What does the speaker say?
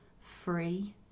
free